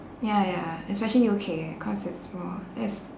ya ya especially U_K cause it's more yes